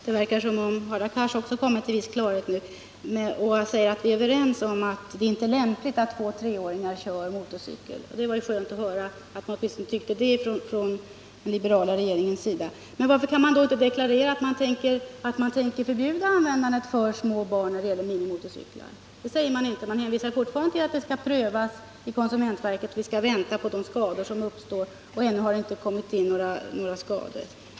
Herr talman! Det verkar som om Hadar Cars också kommit till viss klarhet nu. Han säger att vi är överens om att det inte är lämpligt att två-treåringar kör motorcykel. Det var skönt att höra att man åtminstone tycker det från den liberala regeringens sida. Men varför kan man då inte deklarera att man tänker förbjuda att små barn använder minimotorcyklar? Det säger man inte, utan man hänvisar fortfarande till att frågan skall prövas av konsumentverket. Vi skall vänta på de skador som uppstår, och ännu har det inte kommit in rapporter om några skador.